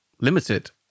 limited